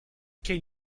can